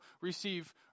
receive